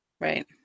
Right